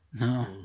No